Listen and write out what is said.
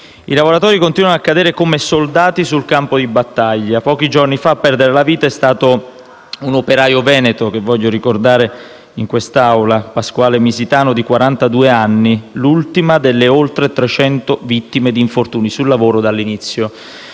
I lavoratori continuano a cadere come soldati sul campo di battaglia. Pochi giorni fa a perdere la vita è stato un operaio veneto, che voglio ricordare in quest'Aula, Pasquale Misitano, di 42 anni, l'ultima delle oltre 300 vittime di infortuni sul lavoro dall'inizio